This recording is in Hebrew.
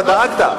אתה דאגת.